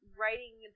writing